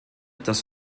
dass